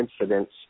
incidents